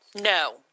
No